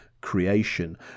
creation